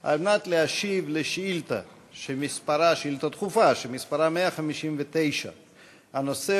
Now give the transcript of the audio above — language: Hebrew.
על מנת להשיב על שאילתה דחופה שמספרה 159. הנושא